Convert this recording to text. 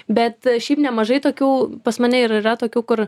bet šiaip nemažai tokių pas mane ir yra tokių kur